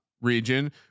region